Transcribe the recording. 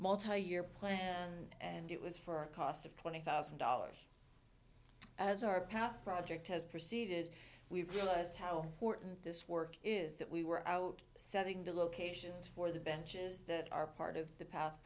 multi year plan and it was for a cost of twenty thousand dollars as our path project has proceeded we realized how important this work is that we were out setting the locations for the benches that are part of the path